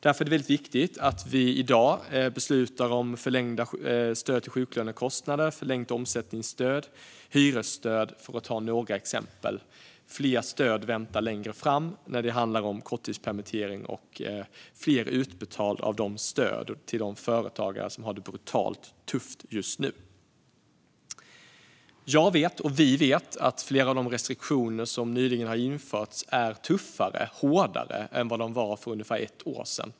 Därför är det väldigt viktigt att vi i dag beslutar om förlängda stöd till sjuklönekostnader, förlängt omsättningsstöd och hyresstöd, för att ta några exempel. Fler stöd väntar längre fram när det handlar om korttidspermittering och utbetalning av stöd till de företagare som har det brutalt tufft just nu. Flera av de restriktioner som nyligen har införts är tuffare och hårdare än vad som var fallet för ungefär ett år sedan.